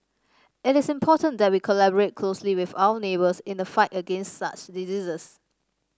it is important that we collaborate closely with our neighbours in the fight against such diseases